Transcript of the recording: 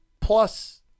plus